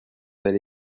elles